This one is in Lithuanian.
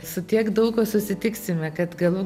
su tiek daug kuo susitiksime kad galų